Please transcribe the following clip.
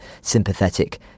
sympathetic